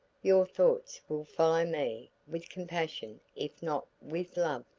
your thoughts will follow me with compassion if not with love.